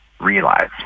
realize